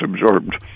absorbed